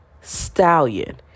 stallion